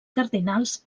cardinals